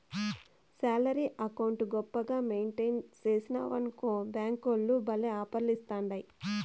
salary account గొప్పగా maintain సేస్తివనుకో బ్యేంకోల్లు భల్లే ఆపర్లిస్తాండాయి